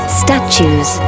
statues